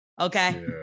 Okay